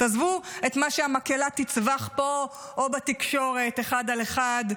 תעזבו את מה שהמקהלה תצווח פה או בתקשורת אחד על אחד,